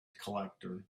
collector